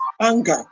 anger